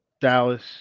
Dallas